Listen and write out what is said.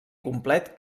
complet